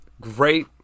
great